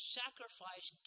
sacrifice